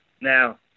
Now